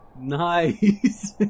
Nice